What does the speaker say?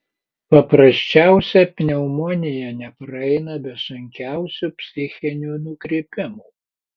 paprasčiausia pneumonija nepraeina be sunkiausių psichinių nukrypimų